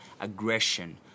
aggression